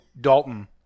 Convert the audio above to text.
Dalton